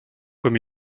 comme